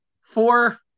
four